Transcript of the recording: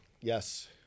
Yes